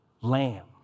Lamb